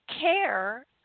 care